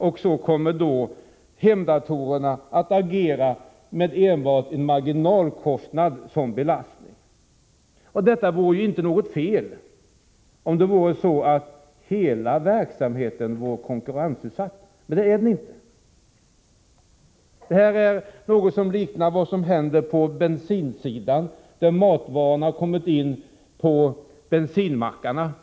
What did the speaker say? På det sättet skulle hemdatorerna belastas med enbart en marginalkostnad. Detta skulle inte vara något fel, om det vore så att hela verksamheten var konkurrensutsatt, men det är den inte. Detta liknar det som hänt på bensinförsäljningens område. Där har matvarorna kommit in i sortimentet på bensinmackarna.